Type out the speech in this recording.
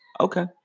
Okay